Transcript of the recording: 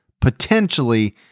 potentially